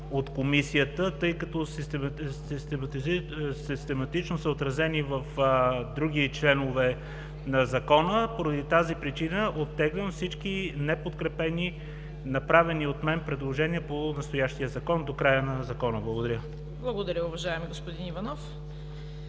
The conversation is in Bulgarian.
Благодаря, уважаеми господин Иванов.